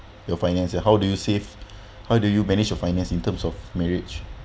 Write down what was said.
your finance ah how do you save how do you manage your finance in terms of marriage